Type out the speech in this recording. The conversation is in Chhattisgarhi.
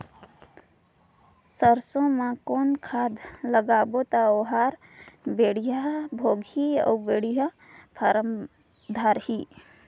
सरसो मा कौन खाद लगाबो ता ओहार बेडिया भोगही अउ बेडिया फारम धारही?